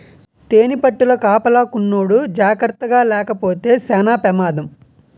తేనిపట్టుల కాపలాకున్నోడు జాకర్తగాలేపోతే సేన పెమాదం